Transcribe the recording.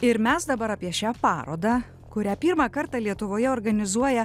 ir mes dabar apie šią parodą kurią pirmą kartą lietuvoje organizuoja